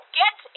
get